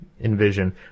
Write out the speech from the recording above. envision